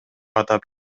атап